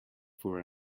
for